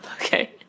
Okay